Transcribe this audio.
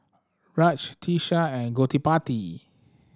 Raj Teesta and Gottipati